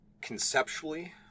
conceptually